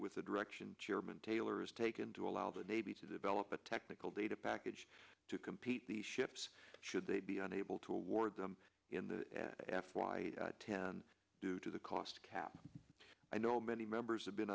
with the direction chairman taylor has taken to allow the navy to develop a technical data package to compete the ships should they be unable to award them in the f y ten due to the cost cap i know many members have been